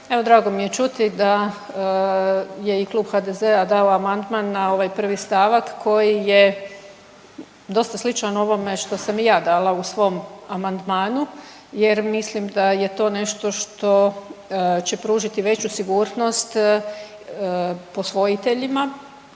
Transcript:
drago mi je čuti da je i Klub HDZ-a dao amandman na ovaj prvi stavak koji je dosta sličan ovome što sam i ja dala u svom amandmanu jer mislim da je to nešto što će pružiti veću sigurnost posvojiteljima,